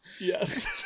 Yes